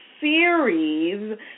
series